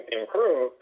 improve